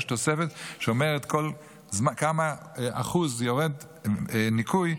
יש תוספת שאומרת בכמה אחוז יורד ניכוי,